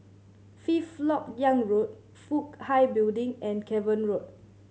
Fifth Lok Yang Road Fook Hai Building and Cavan Road